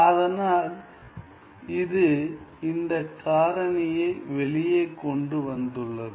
அதனால் இது இந்த காரணியை வெளியே கொண்டு வந்துள்ளது